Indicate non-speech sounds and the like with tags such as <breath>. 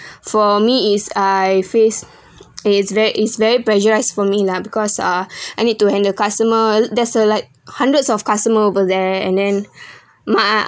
for me is I face it's very it's very pressurised for me lah because uh <breath> I need to handle customer there's uh like hundreds of customer over there and then <breath> my